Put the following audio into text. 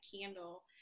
candle